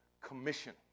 commission